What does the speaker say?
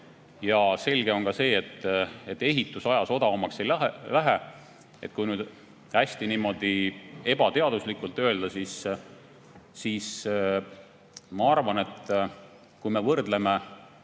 Selge on ka see, et ehitus ajas odavamaks ei lähe. Kui nüüd hästi ebateaduslikult öelda, siis ma arvan, et kui me võrdleme